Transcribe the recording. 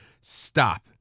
stop